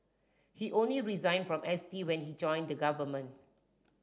he only resigned from S T when he joined the government